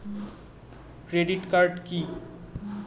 Credit card key?